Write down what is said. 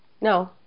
No